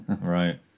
Right